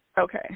Okay